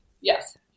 Yes